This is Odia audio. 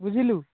ବୁଝିଲୁ